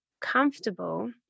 comfortable